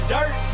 Dirt